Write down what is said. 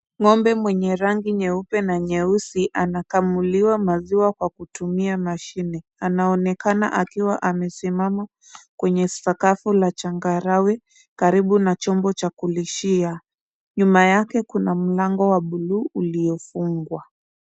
Ng'ombe mwenye rangi nyeupe na nyeusi anakamuliwa maziwa kwa kutumia mashine, anaonekana akiwa amesimama kwenye sakafu la changarawe karibu na chombo cha kulishia, nyuma yake kuna mlango wa bluu uliofungwa.